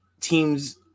teams